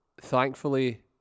thankfully